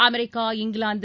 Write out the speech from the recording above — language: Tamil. அமெரிக்கா இங்கிலாந்து